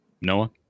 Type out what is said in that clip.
Noah